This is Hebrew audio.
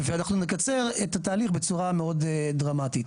ואנחנו נקצר את התהליך בצורה מאוד דרמטית.